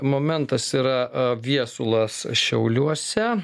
momentas yra viesulas šiauliuose